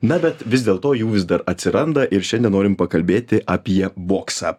na bet vis dėlto jų vis dar atsiranda ir šiandien norim pakalbėti apie boksą